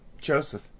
Joseph